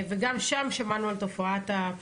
וגם שם חברי הכנסת שהיו שמענו על תופעת הפרוטקשן.